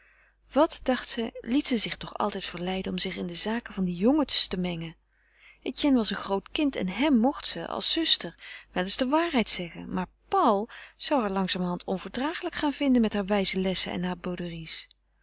wat dacht ze liet ze zich toch altijd verleiden om zich in de zaken van die jongens te mengen etienne was een groot kind en hèm mocht ze als zuster wel eens de waarheid zeggen maar paul zou haar langzamerhand onverdragelijk gaan vinden met haar wijze lessen en haar